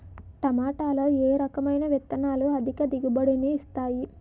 టమాటాలో ఏ రకమైన విత్తనాలు అధిక దిగుబడిని ఇస్తాయి